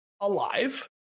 alive